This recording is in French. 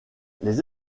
les